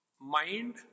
Mind